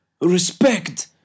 Respect